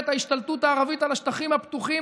את ההשתלטות הערבית על השטחים הפתוחים,